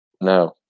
No